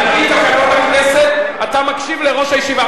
על-פי תקנון הכנסת, אתה מקשיב לראש הישיבה.